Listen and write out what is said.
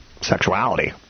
sexuality